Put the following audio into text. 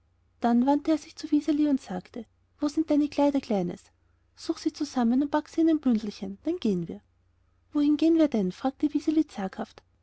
dann wandte er sich zu wiseli und sagte wo sind deine kleider kleines such sie zusammen und pack sie in ein bündelchen dann gehen wir wohin gehen wir denn fragte